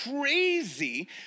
crazy